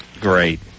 Great